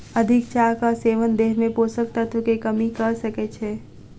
अधिक चाहक सेवन देह में पोषक तत्व के कमी कय सकै छै